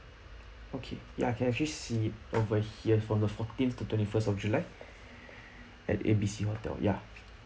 okay ya I can actually see over here from the fourteenth to twenty first of july at A B C hotel ya